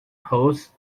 hosts